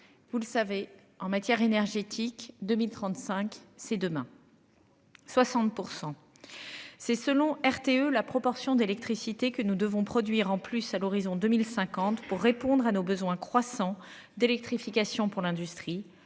Vous le savez en matière énergétique, 2035 c'est demain. 60%. C'est selon RTE, la proportion d'électricité que nous devons produire en plus à l'horizon 2050 pour répondre à nos besoins croissants d'électrification pour l'industrie,